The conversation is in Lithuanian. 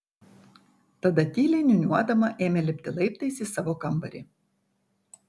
tada tyliai niūniuodama ėmė lipti laiptais į savo kambarį